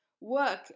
Work